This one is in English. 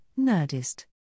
Nerdist